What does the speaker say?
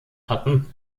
hatten